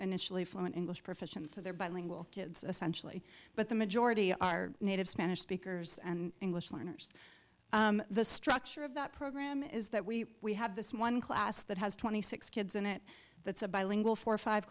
initially fluent english proficiency their bilingual kids essential but the majority are native spanish speakers and english learners the structure of that program is that we we have this one class that has twenty six kids in it that's a bilingual four five